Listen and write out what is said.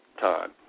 time